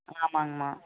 ஆமாங்கமா